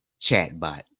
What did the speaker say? chatbot